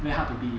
very hard to bid